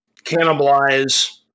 cannibalize